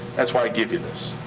that's why i give you this.